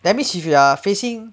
that means if you are facing